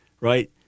right